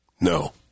No